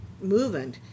movement